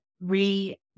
re